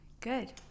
Good